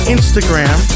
Instagram